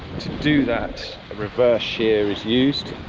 to do that a reverse sheer is used,